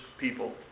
people